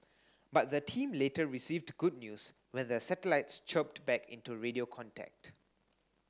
but the team later received good news when the satellites chirped back into radio contact